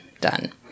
done